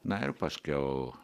na ir paskiau